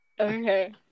Okay